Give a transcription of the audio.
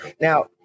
now